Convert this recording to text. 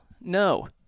no